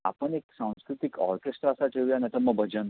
आपण एक सांस्कृतिक ऑर्केस्ट्रा असा ठेवूया नाहीतर मग भजन